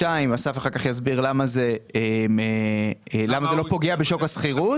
ב', אסף יסביר למה זה לא פוגע בשוק השכירות.